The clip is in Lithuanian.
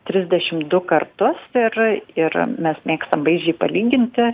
trisdešim du kartus ir ir mes mėgstam vaizdžiai palyginti